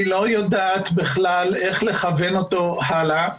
היא לא יודעת איך לכוון אותו הלאה.